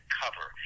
cover